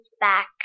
back